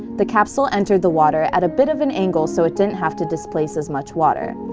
the capsule entered the water at a bit of an angle so it didn't have to displace as much water.